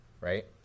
right